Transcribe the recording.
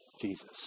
Jesus